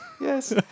Yes